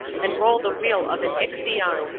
and roll the wheel of an ixion,